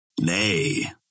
Nay